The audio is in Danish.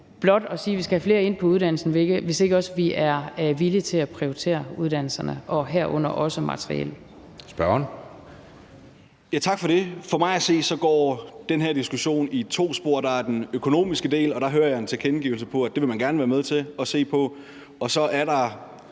blot at sige, at vi skal have flere ind på uddannelserne, hvis vi ikke også er villige til at prioritere uddannelserne, herunder også materiel. Kl. 14:28 Anden næstformand (Jeppe Søe): Spørgeren. Kl. 14:28 Thomas Skriver Jensen (S): Tak for det. For mig at se går den her diskussion i to spor: Der er den økonomiske del, og der hører jeg en tilkendegivelse af, at det vil man gerne være med til at se på, og så er der